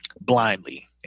blindly